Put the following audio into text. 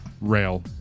rail